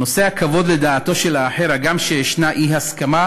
נושא הכבוד לדעתו של האחר, הגם שיש אי-הסכמה,